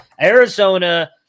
Arizona